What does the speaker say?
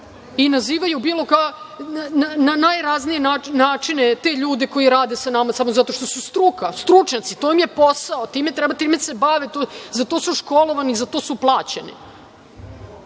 i nazivaju na razne načine te ljude koji rade sa nama samo zato što su struka, stručnjaci, to im je posao, time se bave, za to su školovani, za to su plaćeni?